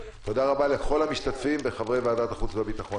תודה רבה לכל המשתתפים ולחברי ועדת החוץ והביטחון.